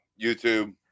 YouTube